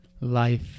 life